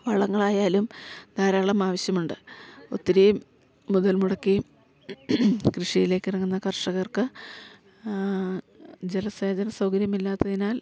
വളങ്ങളായാലും ധാരാളം ആവശ്യമുണ്ട് ഒത്തിരിയും മുതൽ മുടക്കി കൃഷിയിലേക്കിറങ്ങുന്ന കർഷകർക്ക് ജലസേചന സൗകര്യമില്ലാത്തതിനാൽ